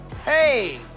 Hey